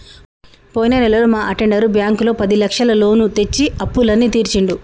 పోయిన నెలలో మా అటెండర్ బ్యాంకులో పదిలక్షల లోను తెచ్చి అప్పులన్నీ తీర్చిండు